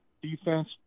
Defense